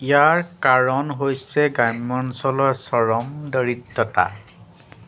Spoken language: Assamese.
ইয়াৰ কাৰণ হৈছে গ্ৰাম্যাঞ্চলৰ চৰম দৰিদ্ৰতা